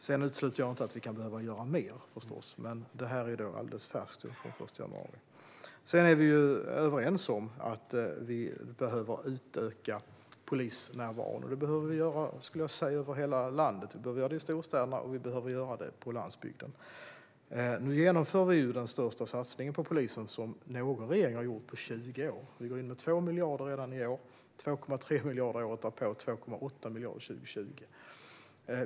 Jag utesluter förstås inte att vi kan behöva göra mer, men det här är alldeles färskt från den 1 januari. Vi är överens om att vi behöver utöka polisnärvaron. Jag skulle vilja säga att vi behöver göra det över hela landet. Vi behöver göra det i storstäderna, och vi behöver göra det på landsbygden. Nu genomför vi den största satsning på polisen som någon regering har gjort på 20 år. Vi går in med 2 miljarder redan i år, 2,3 miljarder året därpå och 2,8 miljarder 2020.